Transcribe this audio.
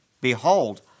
Behold